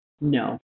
No